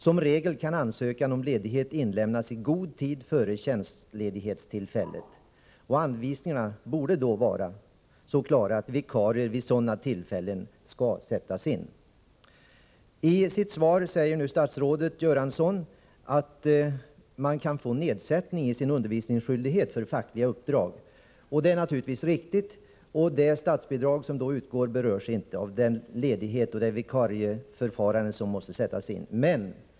Som regel kan ansökan om ledighet inlämnas i god tid före tjänstledighetstillfället. Anvisningarna borde då vara så klara att vikarier vid sådana tillfällen skall sättas in. I sitt svar säger statsrådet Göransson att man kan få nedsättning i sin undervisningsskyldighet för fackliga uppdrag. Det är naturligtvis riktigt. De statsbidrag som då utgår berörs inte av ledigheten och vikariatförfarandet.